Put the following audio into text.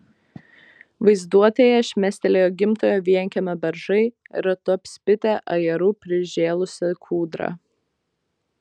vaizduotėje šmėstelėjo gimtojo vienkiemio beržai ratu apspitę ajerų prižėlusią kūdrą